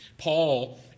Paul